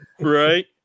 right